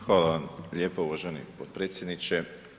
Hvala vam lijepo uvaženi potpredsjedniče.